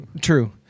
True